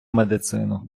медицину